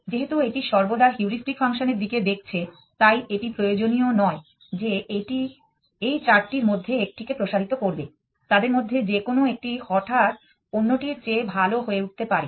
যেহেতু এটি সর্বদা হিউরিস্টিক ফাংশনের দিকে দেখছে তাই এটি প্রয়োজনীয় নয় যে এটি এই চারটির মধ্যে একটিকে প্রসারিত করবে তাদের মধ্যে যে কোনও একটি হঠাৎ অন্যটির চেয়ে ভাল হয়ে উঠতে পারে